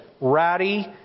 ratty